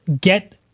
get